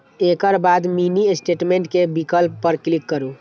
एकर बाद mini statement के विकल्प पर क्लिक करू